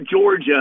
Georgia